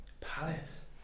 Palace